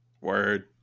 Word